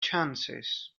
chances